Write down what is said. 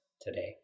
today